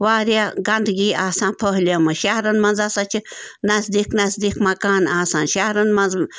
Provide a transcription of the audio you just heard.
واریاہ گندگی آسان پھٔہلیمٕژ شَہرَن منٛز ہَسا چھِ نزدیٖکھ نزدیٖکھ مکان آسان شَہرَن منٛز